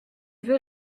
veux